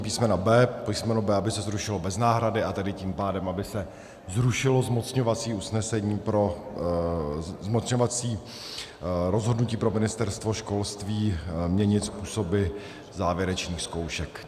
Písmeno b) aby se zrušilo bez náhrady, a tím pádem, aby se zrušilo zmocňovací usnesení, zmocňovací rozhodnutí pro Ministerstvo školství měnit způsoby závěrečných zkoušek.